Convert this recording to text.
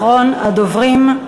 אחרון הדוברים.